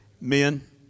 Men